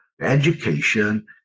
education